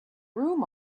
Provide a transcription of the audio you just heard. room